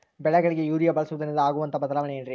ಬೆಳೆಗಳಿಗೆ ಯೂರಿಯಾ ಬಳಸುವುದರಿಂದ ಆಗುವಂತಹ ಬದಲಾವಣೆ ಏನ್ರಿ?